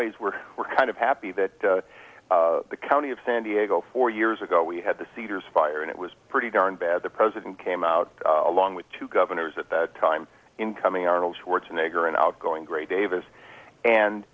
ways we're we're kind of happy that the county of san diego four years ago we had the seeders fire and it was pretty darn bad the president came out along with two governors at the time incoming arnold schwarzenegger and outgoing gray davis and